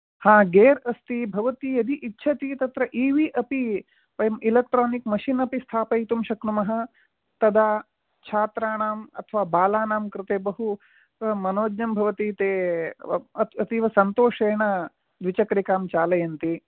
हा गेर्स् अस्ति भवती यदि इच्छति तत्र ईवि अपि वयम् इलेक्ट्रानिक् मषिन् अपि स्थापयितुं शक्नुमः तदा छात्राणाम् अथवा बालानां कृते बहु मनोज्ञं भवति ते अतीवसन्तोषेण द्विचक्रिकां चालयन्ति